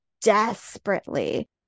desperately